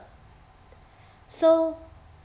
so